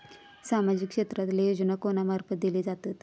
सामाजिक क्षेत्रांतले योजना कोणा मार्फत दिले जातत?